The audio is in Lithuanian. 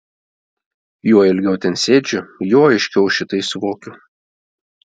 juo ilgiau ten sėdžiu juo aiškiau šitai suvokiu